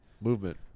Movement